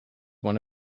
one